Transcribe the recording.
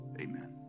Amen